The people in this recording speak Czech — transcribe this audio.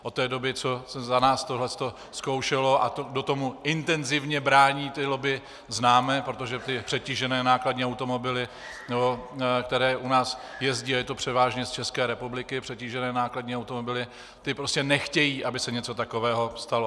Od té doby, co se za nás toto zkoušelo a kdo tomu intenzivně brání, ty lobby známe, protože ty přetížené nákladní automobily, které u nás jezdí, a je to převážně z České republiky, přetížené nákladní automobily, ty prostě nechtějí, aby se něco takového stalo.